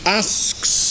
asks